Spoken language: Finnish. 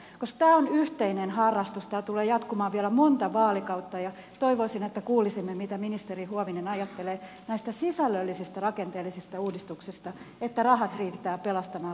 tämä on yhteinen harrastus tämä tulee jatkumaan vielä monta vaalikautta ja toivoisin että kuulisimme mitä ministeri huovinen ajattelee näistä sisällöllisistä rakenteellisista uudistuksista että rahat riittävät pelastamaan lapset ja nuoret